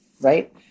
Right